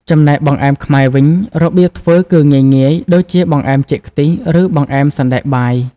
ចំណែក បង្អែមខ្មែរវិញ របៀបធ្វើគឺងាយៗ ដូចជាបង្អែមចេកខ្ទិះ ឬបង្អែមសណ្តែកបាយ ។